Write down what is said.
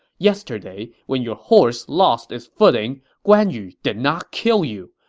yesterday, when your horse lost its footing, guan yu did not kill you.